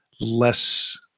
less